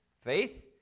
faith